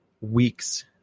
weeks